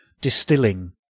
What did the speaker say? distilling